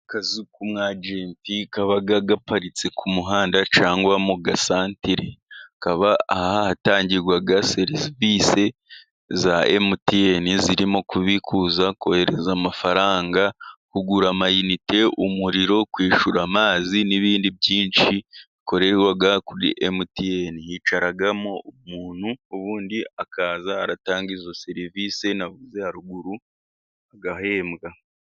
Akazu k'umwajenti kaba gaparitse ku muhanda cyangwa mu gasantere, kaba ahatangirwa serivisi za emutiyeni zirimo kubikuza, kohereza amafaranga, kugura amayinite, umuriro, kwishyura amazi n'ibindi byinshi bikorerwa kuri emutiyeni, hicaramo umuntu ubundi akajya atanga izo serivisi navuze haruguru agahembwa.